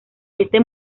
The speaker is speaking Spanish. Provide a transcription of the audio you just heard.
este